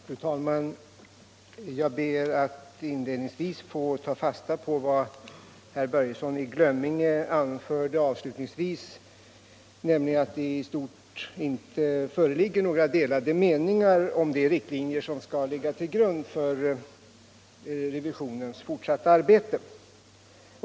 Fru talman! Jag ber till att börja med att få ta fasta på vad herr Börjesson i Glömminge anförde avslutningsvis, nämligen att det i stort inte föreligger några delade meningar om de riktlinjer som skall ligga till grund för revisionens fortsatta arbete.